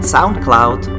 SoundCloud